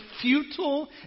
futile